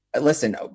listen